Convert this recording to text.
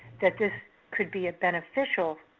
that this could be a beneficial